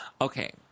Okay